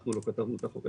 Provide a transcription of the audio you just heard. אנחנו לא כתבנו את החוק,